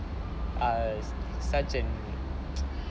are such an